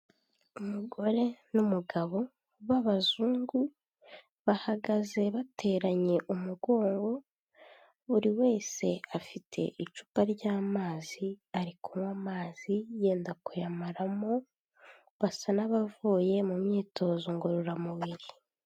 Umugore n'umugabo b'abazungu bahagaze bateranye umugongo, buri wese afite icupa ry'amazi ari kunywa amazi yenda kuyamaramo, basa n'abavuye mu myitozo ngororamubiri.